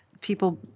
people